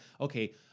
Okay